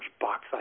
box